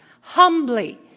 humbly